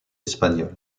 espagnol